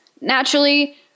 naturally